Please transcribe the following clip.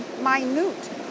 minute